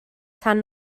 tan